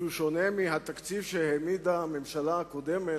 שהוא שונה מהתקציב שהעמידה הממשלה הקודמת,